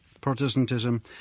Protestantism